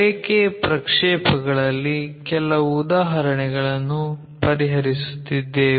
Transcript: ರೇಖೆ ಪ್ರಕ್ಷೇಪಗಳಲ್ಲಿ ಕೆಲವು ಉದಾಹರಣೆಗಳನ್ನು ಪರಿಹರಿಸುತ್ತಿದ್ದೇವೆ